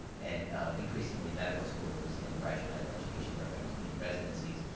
and increasingly, medical schools and graduate medical education programs, meaning residencies,